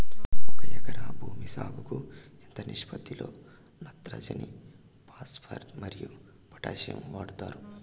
ఒక ఎకరా భూమి సాగుకు ఎంత నిష్పత్తి లో నత్రజని ఫాస్పరస్ మరియు పొటాషియం వాడుతారు